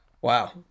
Wow